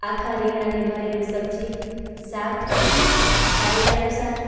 આખા રીંગણાંની ભરેલું સબજી શાક કારેલાનું શાક